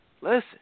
listen